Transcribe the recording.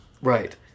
Right